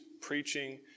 preaching